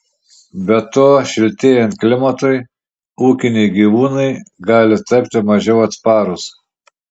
be to šiltėjant klimatui ūkiniai gyvūnai gali tapti mažiau atsparūs